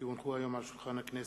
כי הונחו היום על שולחן הכנסת,